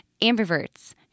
ambiverts